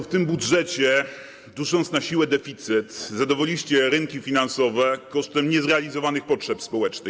W tym budżecie, dusząc na siłę deficyt, zadowoliliście rynki finansowe kosztem niezrealizowanych potrzeb społecznych.